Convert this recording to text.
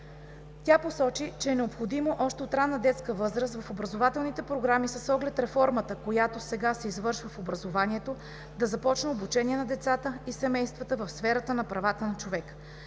Тя посочи, че е необходимо още от ранна детска възраст в образователните програми с оглед реформата, която сега се извършва в образованието, да започне обучение на децата и семействата в сферата на правата на човека.